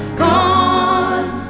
gone